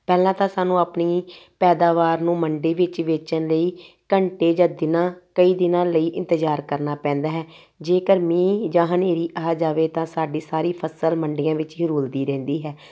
ਪਹਿਲਾਂ ਤਾਂ ਸਾਨੂੰ ਆਪਣੀ ਪੈਦਾਵਾਰ ਨੂੰ ਮੰਡੀ ਵਿੱਚ ਵੇਚਣ ਲਈ ਘੰਟੇ ਜਾਂ ਦਿਨਾਂ ਕਈ ਦਿਨਾਂ ਲਈ ਇੰਤਜ਼ਾਰ ਕਰਨਾ ਪੈਂਦਾ ਹੈ ਜੇਕਰ ਮੀਂਹ ਜਾਂ ਹਨੇਰੀ ਆ ਜਾਵੇ ਤਾਂ ਸਾਡੀ ਸਾਰੀ ਫਸਲ ਮੰਡੀਆਂ ਵਿੱਚ ਹੀ ਰੁਲਦੀ ਰਹਿੰਦੀ ਹੈ